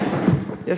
?